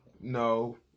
no